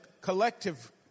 collective